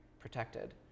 Protected